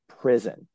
prison